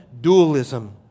dualism